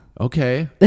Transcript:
Okay